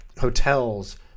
hotels